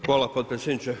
Hvala potpredsjedniče.